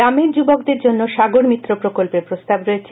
গ্রামের যুবকদের জন্য সাগর মিত্র প্রকল্পের প্রস্তাব রয়েছে